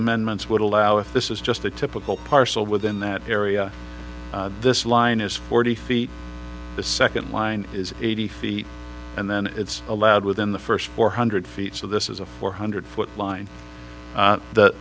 amendments would allow if this is just a typical parcel within that area this line is forty feet the second line is eighty feet and then it's allowed within the first four hundred feet so this is a four hundred foot line that the